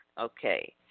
Okay